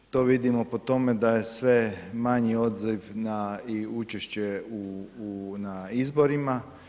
To vidimo po tome, da je sve manji odziv na i učešće na izborima.